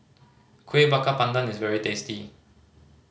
Kueh Bakar Pandan is very tasty